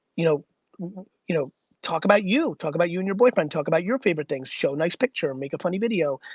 you know you know talk about you, talk about you and your boyfriend, talk about your favorite things, show a nice picture, make a funny video,